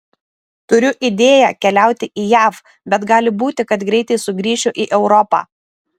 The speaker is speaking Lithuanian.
turiu idėją keliauti į jav bet gali būti kad greitai sugrįšiu į europą